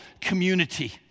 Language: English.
community